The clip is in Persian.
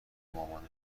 مامانت